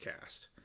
cast